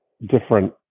different